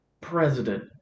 president